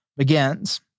begins